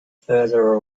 farther